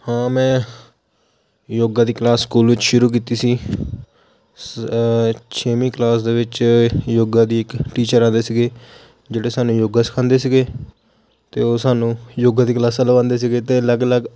ਹਾਂ ਮੈਂ ਯੋਗਾ ਦੀ ਕਲਾਸ ਸਕੂਲ ਵਿੱਚ ਸ਼ੁਰੂ ਕੀਤੀ ਸੀ ਸ ਛੇਵੀਂ ਕਲਾਸ ਦੇ ਵਿੱਚ ਯੋਗਾ ਦੇ ਇੱਕ ਟੀਚਰ ਆਉਂਦੇ ਸੀਗੇ ਜਿਹੜੇ ਸਾਨੂੰ ਯੋਗਾ ਸਿਖਾਉਂਦੇ ਸੀਗੇ ਅਤੇ ਉਹ ਸਾਨੂੰ ਯੋਗਾ ਦੀ ਕਲਾਸਾਂ ਲਵਾਉਂਦੇ ਸੀਗੇ ਅਤੇ ਅਲੱਗ ਅਲੱਗ